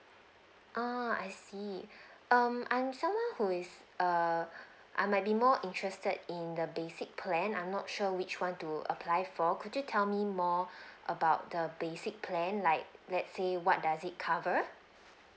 oh I see um I'm someone who is err I might be more interested in the basic plan I'm not sure which one to apply for could you tell me more about the basic plan like let's say what does it cover